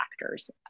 factors